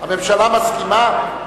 הממשלה מסכימה?